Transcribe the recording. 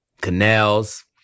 canals